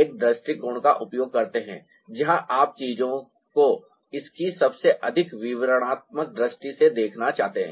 एक दृष्टिकोण का उपयोग करते हैं जहां आप चीजों को इसकी सबसे अधिक विवरणात्मक दृष्टि से दिखाना चाहते हैं